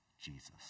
Jesus